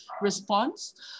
response